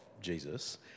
Jesus